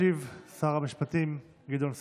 ישיב שר המשפטים גדעון סער.